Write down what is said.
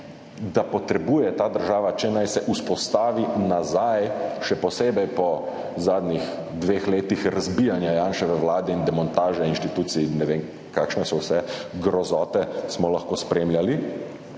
da potrebuje ta država, če naj se vzpostavi nazaj, še posebej po zadnjih dveh letih razbijanja Janševe vlade in demontaže inštitucij in ne vem kakšne še vse grozote smo lahko spremljali,